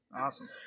Awesome